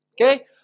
okay